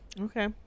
Okay